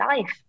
life